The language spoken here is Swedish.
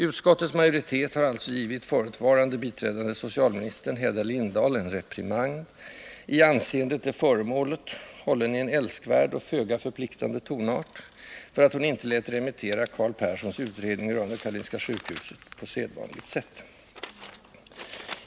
Utskottets majoritet har alltså givit förutvarande biträdande socialministern Hedda Lindahl en reprimand — i anseende till föremålet hållen i en älskvärd och föga förpliktande tonart — för att hon inte lät remittera Carl Perssons utredning rörande Karolinska sjukhuset på sedvanligt sätt.